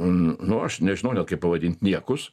nu aš nežinau kaip pavadint niekus